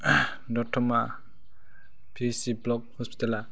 दतमा P S C block हस्पिटाला